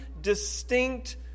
distinct